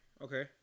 Okay